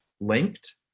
linked